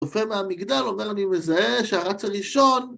צופה מהמגדל, אומר אני מזהה שהרץ הראשון.